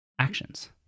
Actions